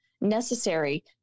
necessary